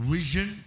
Vision